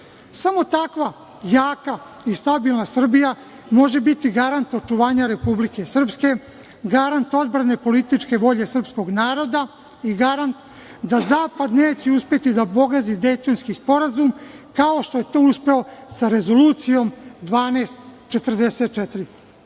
samo takva, jaka i stabilna, Srbija može biti garant očuvanja Republike Srpske, garant odbrane političke volje srpskog naroda i garant da zapad neće uspeti da pogazi Dejtonski sporazum, kao što je to uspeo sa Rezolucijom 1244.